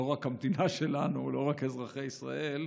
לא רק המדינה שלנו, לא רק אזרחי ישראל,